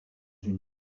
une